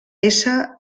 ésser